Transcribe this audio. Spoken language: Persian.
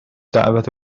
دعوت